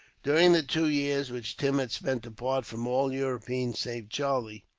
during the two years which tim had spent apart from all europeans, save charlie,